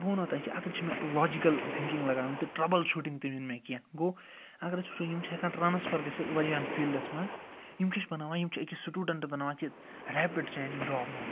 بہٕ وَنو تۄہہِ کہِ اَتٮ۪تھ چھِ مےٚ لاجِکَل تھِنکِنٛگ لَگاوٕنۍ تہٕ ٹرٛبٕل شوٗٹِنٛگ تہِ مےٚ کینٛہہ گوٚو اگر أسۍ وٕچھو یِم چھ ہٮ۪کان ٹرٛانسفر گٔژھِتھ واریَہَن فیٖلڈَس مَنٛز یِم کیٛاہ چھِ بناوان یِم چھِ أکِس سٹوٗڈنٛٹ بناوان کہِ ریپِڈ چینٛجِنٛگ جاب مارکیٚٹ